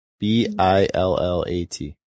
B-I-L-L-A-T